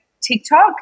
TikTok